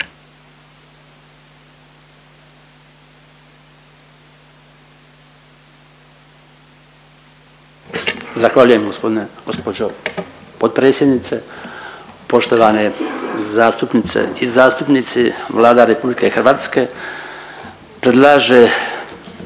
Zahvaljujem gospođo potpredsjednice. Poštovane zastupnice i zastupnici, Vlada RH predlaže